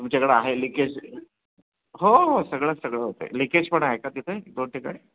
तुमच्याकडं आहे लिकेज हो हो सगळंच सगळं होतंय लिकेज पण आहे का तिथे दोन ठिकाणी